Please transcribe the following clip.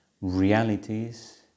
realities